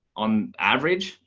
on average,